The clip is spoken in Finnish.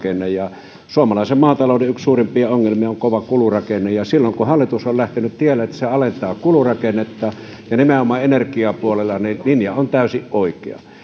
kulurakenne ja suomalaisen maatalouden yksi suurimpia ongelmia on kova kulurakenne ja silloin kun hallitus on on lähtenyt tielle että se alentaa kulurakennetta ja nimenomaan energiapuolella niin linja on täysin oikea